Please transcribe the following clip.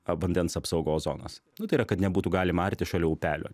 vandens apsaugos zonas nu tai yra kad nebūtų galima arti šalia upelio